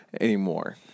anymore